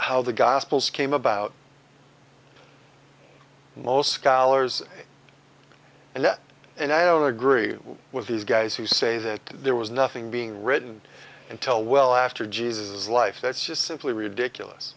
how the gospels came about most scholars and and i don't agree with these guys who say that there was nothing being written until well after jesus life that's just simply ridiculous